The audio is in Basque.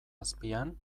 azpian